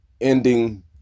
Ending